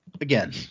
again